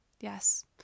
Yes